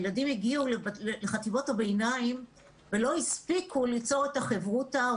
הילדים הגיעו לחטיבות הביניים ולא הספיקו ליצור את החברותא.